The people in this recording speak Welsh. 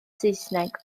saesneg